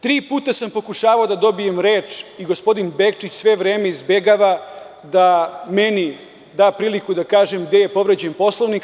Tri puta sam pokušavao da dobijem reč i gospodin Bečić sve vreme izbegava da meni da priliku da kažem gde je povređen Poslovnik.